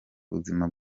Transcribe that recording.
buzima